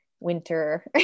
winter